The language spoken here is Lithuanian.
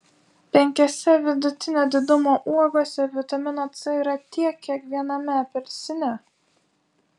penkiose vidutinio didumo uogose vitamino c yra tiek kiek viename apelsine